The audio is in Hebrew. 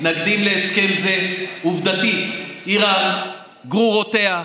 מתנגדים להסכם זה, עובדתית, איראן, גרורותיה,